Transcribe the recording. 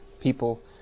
people